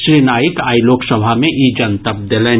श्री नाइक आइ लोकसभा मे ई जनतब देलनि